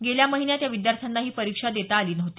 गेल्या महिन्यात या विद्यार्थ्यांना ही परिक्षा देता आली नव्हती